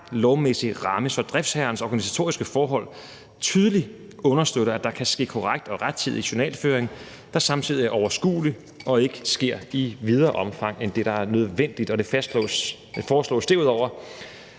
lovmæssig ramme, så driftsherrens organisatoriske forhold tydeligt understøtter, at der kan ske korrekt og rettidig journalføring, der samtidig er overskuelig og ikke sker i videre omfang end det, der er nødvendigt. Det foreslås derudover